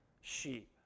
sheep